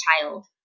child